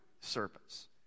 serpents